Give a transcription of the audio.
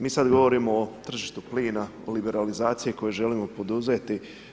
Mi sad govorimo o tržištu plina, o liberalizaciji koju želimo poduzeti.